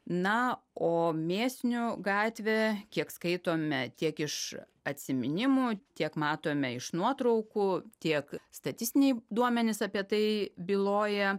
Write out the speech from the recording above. na o mėsinių gatvę kiek skaitome tiek iš atsiminimų tiek matome iš nuotraukų tiek statistiniai duomenys apie tai byloja